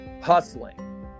hustling